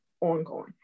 ongoing